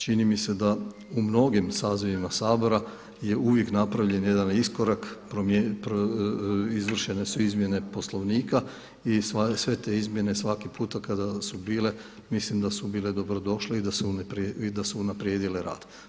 Čini mi se da u mnogim sazivima Sabora je uvijek napravljen jedan iskorak, izvršene su izmjene Poslovnika i sve te izmjene svaki puta kada su bile mislim da su bile dobrodošle i da su unaprijedile rad.